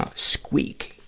ah squeak,